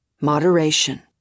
Moderation